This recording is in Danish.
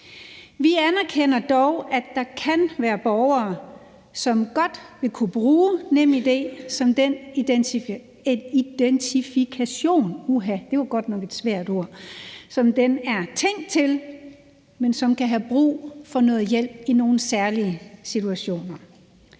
Vi anerkender dog, at der kan være borgere, som godt vil kunne bruge NemID som den identifikation, det er tænkt til, men som kan have brug for noget hjælp i nogle særlige situationer.